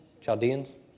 Chaldeans